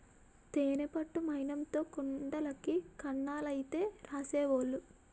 తేనె పట్టు మైనంతో కుండలకి కన్నాలైతే రాసేవోలు